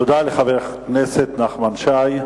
תודה לחבר הכנסת נחמן שי.